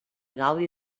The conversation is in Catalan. gaudi